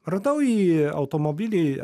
radau į automobilį